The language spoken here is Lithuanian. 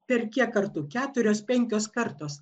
per kiek kartų keturios penkios kartos